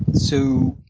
so